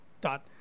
dot